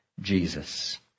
Jesus